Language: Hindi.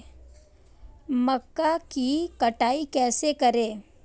मक्का की कटाई कैसे करें?